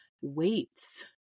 Weights